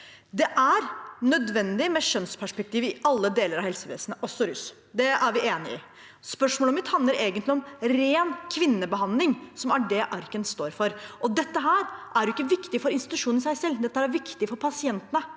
Det er nødvendig med kjønnsperspektiv i alle deler av helsevesenet, også på rusfeltet. Det er vi enig i. Spørsmålet mitt handler egentlig om ren kvinnebehandling, som er det Arken står for. Dette er ikke viktig for institusjonen i seg selv – dette er